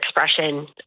expression